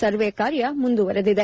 ಸರ್ವೇ ಕಾರ್ಯ ಮುಂದುವರೆದಿದೆ